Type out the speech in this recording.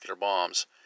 bombs